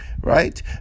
Right